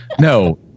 no